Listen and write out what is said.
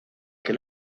que